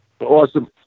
Awesome